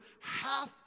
half